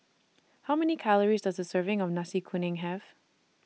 How Many Calories Does A Serving of Nasi Kuning Have